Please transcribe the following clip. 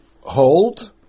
hold